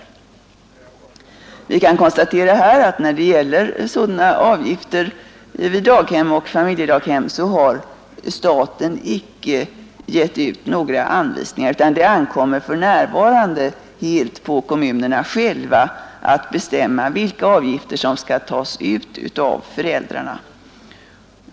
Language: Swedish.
Vi kan konstatera att staten icke givit ut några anvisningar när det gäller sådana avgifter vid daghem och familjedaghem utan att det för närvarande helt ankommer på kommunerna själva att bestämma vilka avgifter som skall tas ut av föräldrarna.